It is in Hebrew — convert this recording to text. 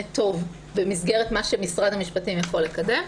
טוב במסגרת מה שמשרד המשפטים יכול לקדם.